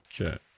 Okay